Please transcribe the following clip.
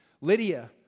Lydia